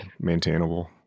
maintainable